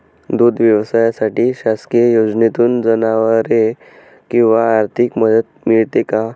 दूध व्यवसायासाठी शासकीय योजनेतून जनावरे किंवा आर्थिक मदत मिळते का?